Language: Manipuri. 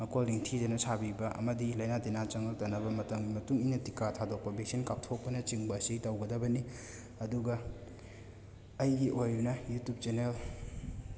ꯃꯀꯣꯜ ꯅꯤꯡꯊꯤꯖꯅ ꯁꯥꯕꯤꯕ ꯑꯃꯗꯤ ꯂꯩꯅ ꯇꯤꯟꯅ ꯆꯪꯉꯛꯇꯅꯕ ꯃꯇꯝꯒꯤ ꯃꯇꯨꯡ ꯏꯟꯅ ꯇꯤꯀꯥ ꯊꯥꯗꯣꯛꯄ ꯚꯦꯛꯁꯤꯟ ꯀꯥꯞꯊꯣꯛꯄꯅꯆꯤꯡꯕ ꯑꯁꯤ ꯇꯧꯒꯗꯕꯅꯤ ꯑꯗꯨꯒ ꯑꯩꯒꯤ ꯑꯣꯏꯅ ꯌꯨꯇ꯭ꯌꯨꯞ ꯆꯦꯟꯅꯦꯜ